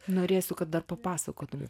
norėsiu kad dar papasakotum